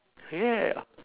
yeah